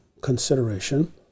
consideration